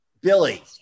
Billy